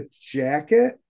jacket